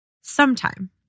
sometime